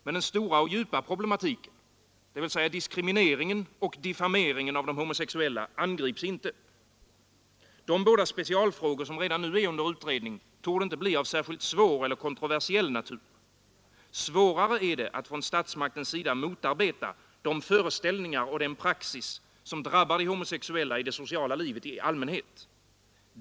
Men den stora och djupa problematiken, dvs. diskrimineringen och diffameringen av de homosexuella angrips inte. De båda specialfrågor som redan nu är under utredning torde inte bli av särskilt svår eller kontroversiell natur. Svårare är det att från statsmaktens sida motarbeta de föreställningar och den praxis som drabbar de homosexuella i det sociala livet i allmänhet.